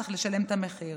צריך לשלם את המחיר.